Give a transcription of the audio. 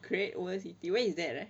great world city where is that ah